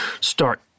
start